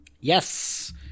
Yes